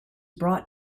brought